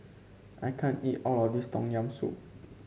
I can't eat all of this Tom Yam Soup